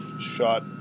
shot